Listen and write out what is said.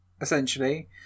essentially